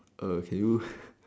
err can you